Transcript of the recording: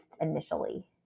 initially